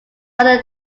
other